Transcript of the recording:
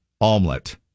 omelet